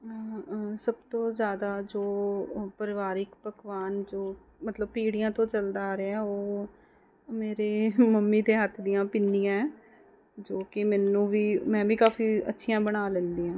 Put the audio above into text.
ਸਭ ਤੋਂ ਜ਼ਿਆਦਾ ਜੋ ਪਰਿਵਾਰਿਕ ਪਕਵਾਨ ਜੋ ਮਤਲਬ ਪੀੜੀਆਂ ਤੋਂ ਚੱਲਦਾ ਆ ਰਿਹਾ ਉਹ ਮੇਰੇ ਮੰਮੀ ਦੇ ਹੱਥ ਦੀਆਂ ਪਿੰਨੀਆਂ ਹੈ ਜੋ ਕਿ ਮੈਨੂੰ ਵੀ ਮੈਂ ਵੀ ਕਾਫ਼ੀ ਅੱਛੀਆਂ ਬਣਾ ਲੈਂਦੀ ਹਾਂ